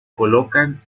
colocan